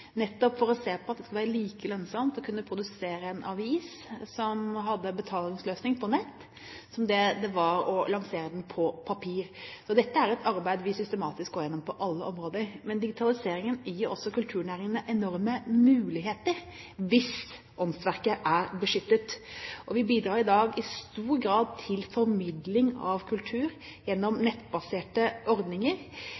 nettopp for å se på at det skulle være like lønnsomt å produsere en avis som hadde betalingsløsning på nett, som det var å lansere den på papir. Dette er et arbeid vi systematisk går igjennom på alle områder. Digitaliseringen gir også kulturnæringene enorme muligheter hvis åndsverket er beskyttet. Og vi bidrar i dag i stor grad til formidling av kultur gjennom